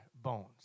Bones